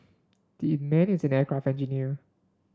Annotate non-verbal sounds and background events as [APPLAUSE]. [UNINTELLIGIBLE] man is an aircraft engineer